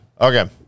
Okay